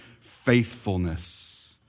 faithfulness